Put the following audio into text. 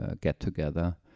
get-together